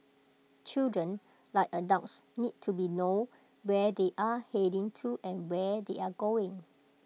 children like adults need to be known where they are heading to and where they are going